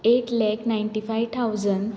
eighth lakh ninety five thousand